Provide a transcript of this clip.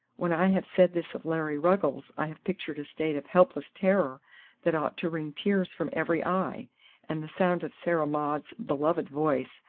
when i have said this of larry ruggles i have pictured a state of helpless terror that ought to wring tears from every eye and the sound of sarah maud's beloved voice,